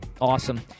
Awesome